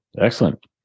Excellent